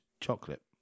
chocolate